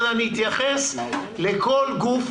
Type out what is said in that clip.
אני אתייחס לכל גוף,